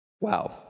Wow